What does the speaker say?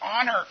honor